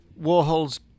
Warhol's